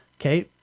okay